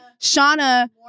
shauna